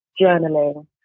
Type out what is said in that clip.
journaling